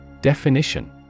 Definition